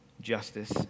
justice